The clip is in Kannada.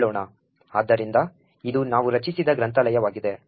ಆದ್ದರಿಂದ ಇದು ನಾವು ರಚಿಸಿದ ಗ್ರಂಥಾಲಯವಾಗಿದೆ